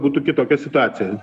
būtų kitokia situacija